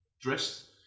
dressed